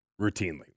routinely